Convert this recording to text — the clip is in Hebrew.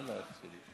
בבקשה.